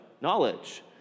Knowledge